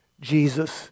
Jesus